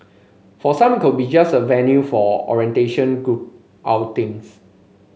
for some it could be just a venue for orientation group outings